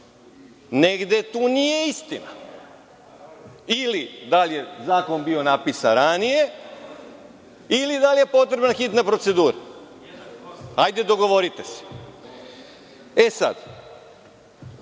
Negde tu nije istina ili da li je zakon bio napisan ranije ili da li je potrebna hitna procedura. Hajde, dogovorite se.E sada,